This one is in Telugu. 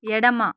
ఎడమ